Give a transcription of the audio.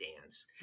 dance